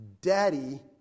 daddy